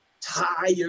tired